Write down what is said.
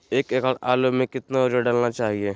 एक एकड़ आलु में कितना युरिया डालना चाहिए?